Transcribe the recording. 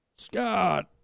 Scott